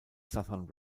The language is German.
southern